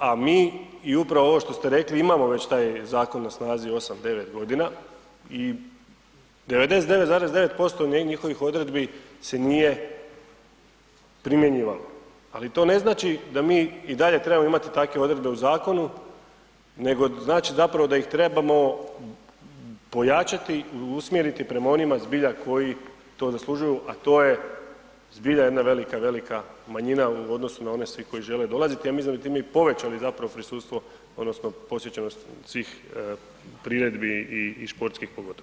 a mi i upravo ovo što ste rekli imamo već taj zakon na snazi 8-9.g. i 99,9% njihovih odredbi se nije primjenjivalo, ali to ne znači da mi i dalje trebamo imati takve odredbe u zakonu, nego znači zapravo da ih trebamo pojačati i usmjeriti prema onima zbilja koji to zaslužuju, a to je zbilja jedna velika, velika manjina u odnosu na one svi koji žele dolaziti, ja mislim da bi time i povećali zapravo prisustvo odnosno posjećenost svih priredbi i, i športskih pogotovo.